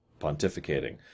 pontificating